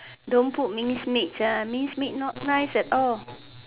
don't put mince meat mince meat not nice at all